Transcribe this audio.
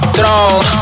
Throne